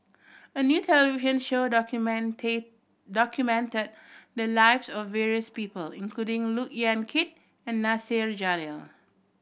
a new television show documented documented the lives of various people including Look Yan Kit and Nasir Jalil